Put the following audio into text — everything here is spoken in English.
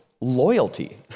loyalty